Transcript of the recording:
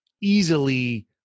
easily